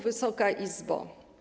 Wysoka Izbo!